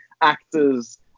actors